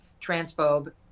transphobe